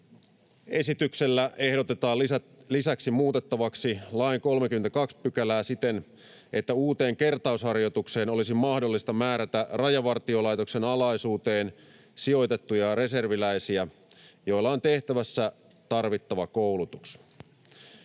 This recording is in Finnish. Esityksellä ehdotetaan lisäksi muutettavaksi lain 32 §:ää siten, että uuteen kertausharjoitukseen olisi mahdollista määrätä Rajavartiolaitoksen alaisuuteen sijoitettuja reserviläisiä, joilla on tehtävässä tarvittava koulutus.